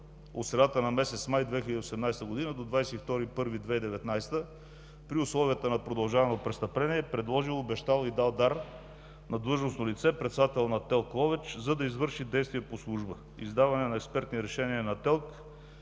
от средата на месец май 2018-а до 22 януари 2019 г. при условията на продължавано престъпление е предложил, обещал и дал дар на длъжностно лице – председателя на ТЕЛК – Ловеч, за да извърши действия по служба – издаване на експертни решения на ТЕЛК,